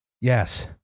Yes